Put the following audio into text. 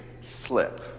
slip